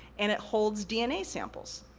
and it holds dna samples.